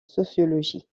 sociologie